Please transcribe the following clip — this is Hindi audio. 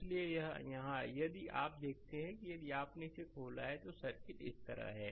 इसलिए यहां यदि आप देखते हैं कि यदि आपने इसे खोला है तो सर्किट इस तरह है